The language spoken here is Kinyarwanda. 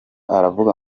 aravuga